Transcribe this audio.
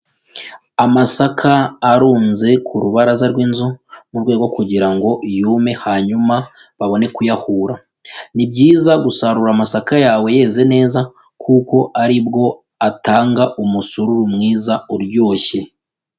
Amasaka arunze ku rubaraza rw'inzu mu rwego kugira ngo yume hanyuma babone kuyahura, ni byiza gusarura amasaka yawe yeze neza kuko ari bwo atanga umusururu mwiza uryoshye.